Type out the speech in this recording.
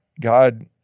God